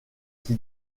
qui